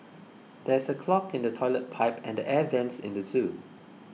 there is a clog in the Toilet Pipe and the Air Vents in the zoo